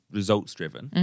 results-driven